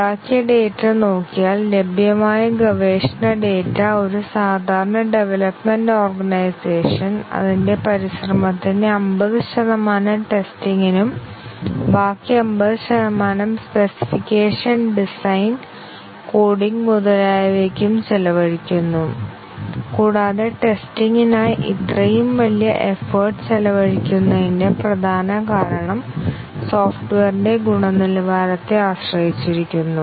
ഉണ്ടാക്കിയ ഡാറ്റ നോക്കിയാൽ ലഭ്യമായ ഗവേഷണ ഡാറ്റ ഒരു സാധാരണ ഡവലപ്മെന്റ് ഓർഗനൈസേഷൻ അതിന്റെ പരിശ്രമത്തിന്റെ 50 ശതമാനം ടെസ്റ്റിംഗിനും ബാക്കി 50 ശതമാനം സ്പെസിഫിക്കേഷൻ ഡിസൈൻ കോഡിംഗ് മുതലായവയ്ക്കും ചെലവഴിക്കുന്നു കൂടാതെ ടെസ്റ്റിംഗിനായി ഇത്രയും വലിയ എഫോർട്ട് ചെലവഴിക്കുന്നതിന്റെ പ്രധാന കാരണം സോഫ്റ്റ്വെയറിന്റെ ഗുണനിലവാരത്തെ ആശ്രയിച്ചിരിക്കുന്നു